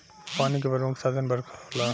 पानी के प्रमुख साधन बरखा होला